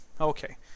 Okay